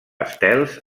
estels